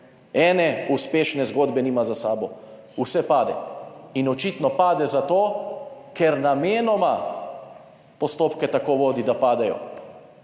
Ene uspešne zgodbe nima za sabo, vse pade in očitno pade zato, ker namenoma postopke tako vodi, da padejo.